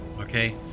okay